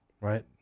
right